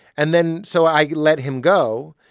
and then so i let him go.